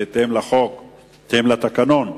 בהתאם לתקנון,